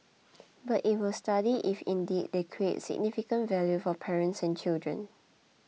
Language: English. but it will study if indeed they create significant value for parents and children